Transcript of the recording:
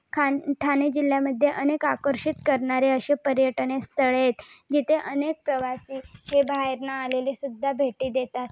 खाण ठाणे जिल्ह्यामध्ये अनेक आकर्षित करणारे असे पर्यटने स्थळे आहेत जिथे अनेक प्रवासी हे बाहेरनं आलेलेसुद्धा भेटी देतात